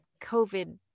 COVID